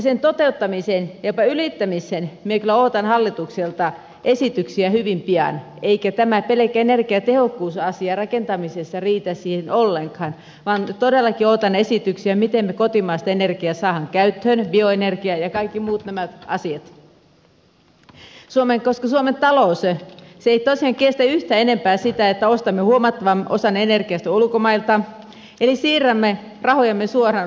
sen toteuttamiseen ja jopa ylittämiseen minä kyllä odotan hallitukselta esityksiä hyvin pian eikä tämä pelkkä energiatehokkuusasia rakentamisessa riitä siihen ollenkaan vaan todellakin odotan esityksiä miten me saamme kotimaista energiaa käyttöön bioenergian ja kaikki nämä muut asiat koska suomen talous ei tosiaan kestä yhtään enempää sitä että ostamme huomattavan osan energiasta ulkomailta eli siirrämme rahojamme suoraan ulkomaille